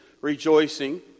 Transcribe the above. rejoicing